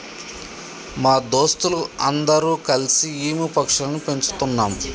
మా దోస్తులు అందరు కల్సి ఈము పక్షులని పెంచుతున్నాం